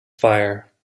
fire